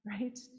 right